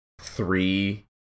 three